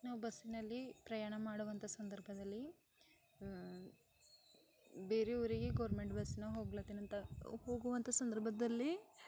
ನಾವು ಬಸ್ಸಿನಲ್ಲಿ ಪ್ರಯಾಣ ಮಾಡುವಂಥ ಸಂದರ್ಭದಲ್ಲಿ ಬೇರೆ ಊರಿಗೆ ಗೋರ್ಮೆಂಟ್ ಬಸ್ನ ಹೋಗ್ಲತ್ತೇನಂತ ಹೋಗುವಂಥ ಸಂದರ್ಭದಲ್ಲಿ